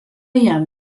jam